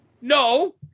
No